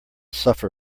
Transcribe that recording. suffer